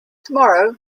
tomorrow